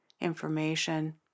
information